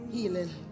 Healing